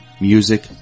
music